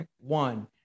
One